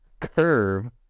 Curve